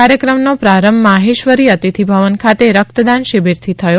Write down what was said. કાર્યક્રમનો પ્રારંભ માહેશ્વરી અતિથિભવન ખાતે રક્તદાન શિબિરથી થયો